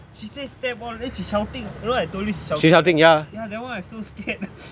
she said stab all then she shouting you know I told you she shouting that [one] I so scared